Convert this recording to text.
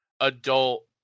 adult